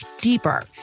deeper